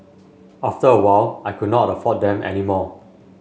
after a while I could not afford them any more